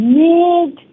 need